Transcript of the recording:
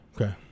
Okay